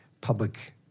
public